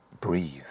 breathe